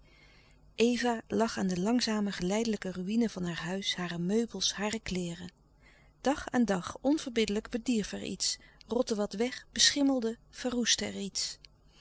eva zag aan de langzame geleidelijke ruïne louis couperus de stille kracht van haar huis hare meubels hare kleêren dag aan dag onverbiddelijk bedierf er iets rotte wat weg beschimmelde verroeste er iets